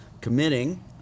committing